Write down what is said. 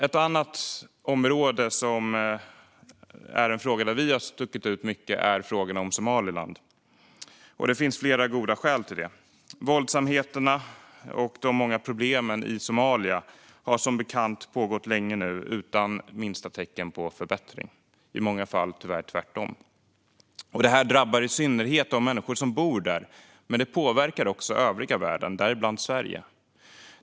Ett annat område där Sverigedemokraterna har stuckit ut mycket är frågan om Somaliland. Det finns flera goda skäl till det. Våldsamheterna och de många problemen i Somalia har som bekant pågått länge nu, utan minsta tecken på förbättring. I många fall är det tyvärr tvärtom. Det drabbar i synnerhet de människor som bor där, men det påverkar också övriga världen, däribland Sverige.